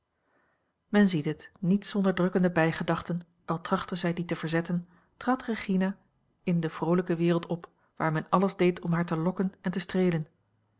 men ziet het niet zonder drukkende bijgedachten al trachtte zij die te verzetten trad regina in de vroolijke wereld op waar men alles deed om haar te lokken en te streelen